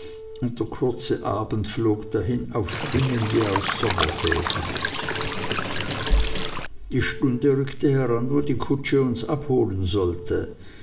und der kurze abend flog dahin auf schwingen wie aus sommerfäden die stunde rückte heran wo die kutsche uns abholen sollte